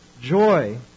joy